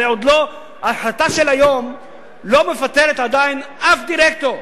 הרי ההחלטה של היום לא מפטרת עדיין שום דירקטור.